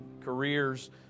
careers